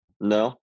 No